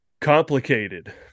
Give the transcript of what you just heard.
Complicated